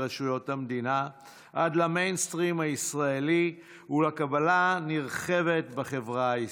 ורשויות המדינה עד למיינסטרים הישראלי ולקבלה נרחבת בחברה הישראלית.